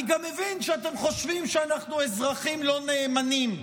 אני גם מבין שאתם חושבים שאנחנו אזרחים לא נאמנים,